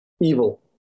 evil